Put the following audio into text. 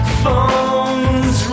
phones